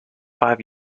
five